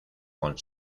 con